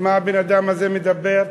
מה הבן-אדם הזה מדבר,